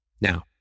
Now